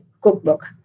cookbook